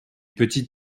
petite